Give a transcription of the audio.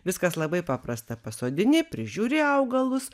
viskas labai paprasta pasodini prižiūri augalus